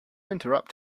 interrupt